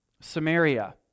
Samaria